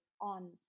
on